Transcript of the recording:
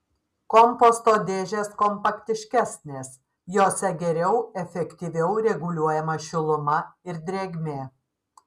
komposto dėžės kompaktiškesnės jose geriau efektyviau reguliuojama šiluma ir drėgmė